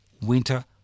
winter